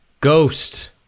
Ghost